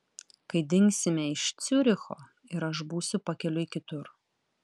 kai dingsime iš ciuricho ir aš būsiu pakeliui kitur